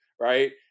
right